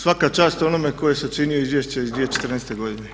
Svaka čast onome ko je sačinio izvješće iz 2014. godine.